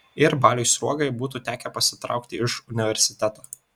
ir baliui sruogai būtų tekę pasitraukti iš universiteto